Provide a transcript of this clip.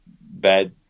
bad